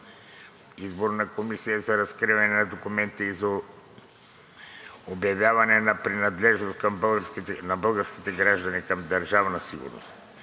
на Комисия за разкриване на документи и за обявяване на принадлежност на българските граждани към Държавна сигурност